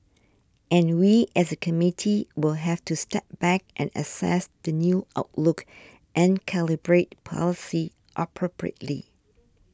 and we as a committee will have to step back and assess the new outlook and calibrate policy appropriately